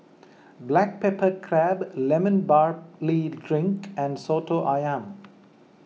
Black Pepper Crab Lemon Barley Drink and Soto Ayam